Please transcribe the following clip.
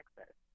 access